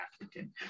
African